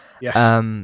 Yes